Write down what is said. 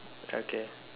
okay